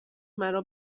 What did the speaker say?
مرا